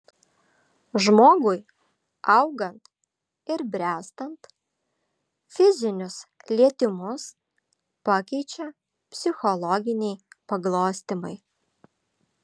žmogui augant ir bręstant fizinius lietimus pakeičia psichologiniai paglostymai